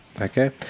Okay